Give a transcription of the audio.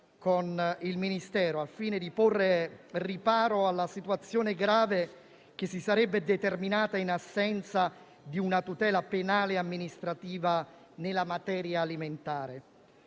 con il Ministero, al fine di porre riparo alla situazione grave che si sarebbe determinata in assenza di una tutela penale e amministrativa nella materia alimentare.